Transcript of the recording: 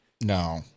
No